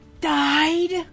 died